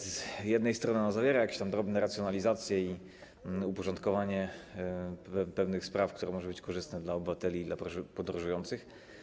Z jednej strony ona zawiera jakieś tam drobne racjonalizacje i uporządkowanie pewnych spraw, które mogą być korzystne dla obywateli i dla podróżujących.